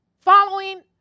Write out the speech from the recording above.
following